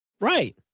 right